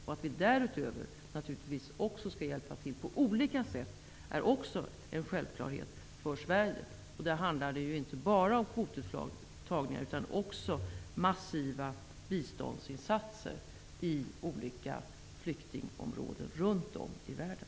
Därutöver skall vi naturligtvis också hjälpa till på olika sätt. Det är också en självklarhet för Sverige. Då handlar det inte bara om kvotmottagningar utan även om massiva biståndsinsatser i olika flyktingområden runt om i världen.